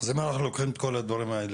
אני גיליתי עכשיו